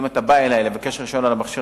אם אתה בא אלי לבקש רשיון למכשיר,